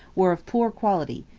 were of poor quality,